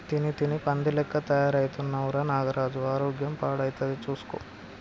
తిని తిని పంది లెక్క తయారైతున్నవ్ రా నాగరాజు ఆరోగ్యం పాడైతది చూస్కో